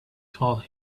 told